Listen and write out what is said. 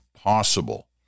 possible